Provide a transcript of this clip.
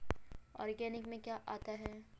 Organic में क्या क्या आता है?